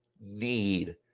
need